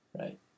Right